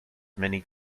many